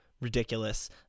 ridiculous